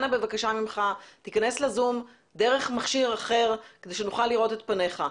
אנא תיכנס לזום דרך מכשיר אחר כדי שנוכל לראות את פניך.